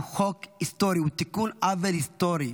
הוא חוק היסטורי, הוא תיקון עוול היסטורי.